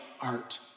art